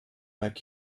back